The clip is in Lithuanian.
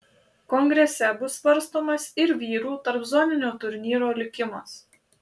kongrese bus svarstomas ir vyrų tarpzoninio turnyro likimas